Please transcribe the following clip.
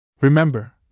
Remember